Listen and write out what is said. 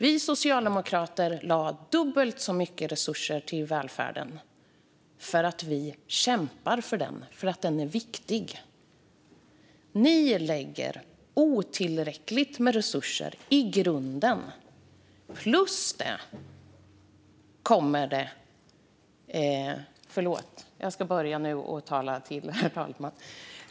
Vi socialdemokrater lade dubbelt så mycket resurser på välfärden för att vi kämpar för den och för att den är viktig. Ni lägger otillräckligt med resurser i grunden. Herr talman!